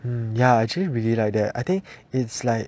hmm ya actually really like that I think it's like